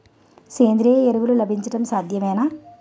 సేంద్రీయ ఎరువులు లభించడం సాధ్యమేనా?